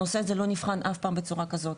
הנושא הזה אף פעם לא נבחן בצורה כזאת.